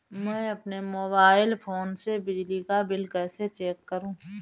मैं अपने mobile phone से बिजली का बिल कैसे चेक करूं?